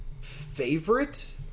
Favorite